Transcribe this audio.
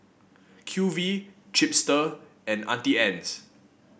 Q V Chipster and Auntie Anne's